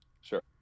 sure